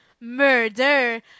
Murder